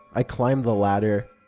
i climbed the ladder.